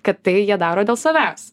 kad tai jie daro dėl savęs